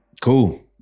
Cool